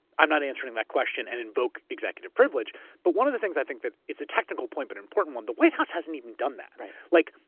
i'm not answering that question and invoke executive privilege but one of the things, i think, that it's a technical point but an important one. the white house hasn't even done that. like,